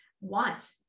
want